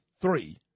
three